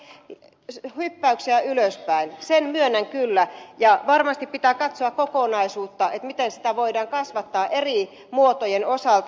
siellä ei ole hyppäyksiä ylöspäin sen myönnän kyllä ja varmasti pitää katsoa kokonaisuutta miten sitä voidaan kasvattaa eri muotojen osalta